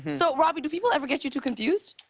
so, robbie, do people ever get you two confused?